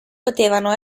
potevano